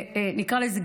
נקרא לזה,